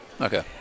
Okay